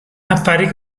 affari